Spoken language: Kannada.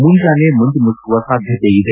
ಮುಂಜಾನೆ ಮಂಜು ಮುಸುಕುವ ಸಾಧ್ವತೆ ಇದೆ